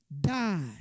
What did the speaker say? die